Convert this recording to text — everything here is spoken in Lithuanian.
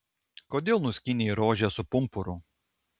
kodėl nuskynei rožę su pumpuru